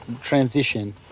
transition